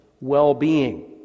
well-being